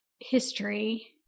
history